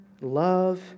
love